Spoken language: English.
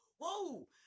whoa